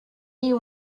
you